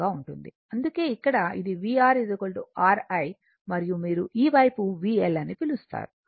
అందుకే ఇక్కడ ఇది vR R I మరియు మీరు ఈ వైపు VL అని పిలుస్తారు